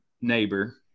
neighbor